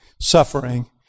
suffering